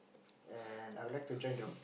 and I would like to join the